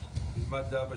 בסדר.